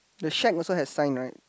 the shed also have sign right